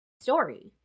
story